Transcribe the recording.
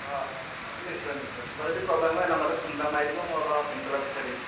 অঁ অঁ নিশ্চয় নিশ্চয় কিবা যদি প্ৰব্লেম হয় এই নাম্বাৰটোত ফোন এটা মাৰি দিব মই বাৰু সোনকালে পঠিয়াই দিম